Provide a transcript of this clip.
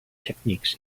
techniques